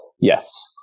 Yes